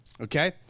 okay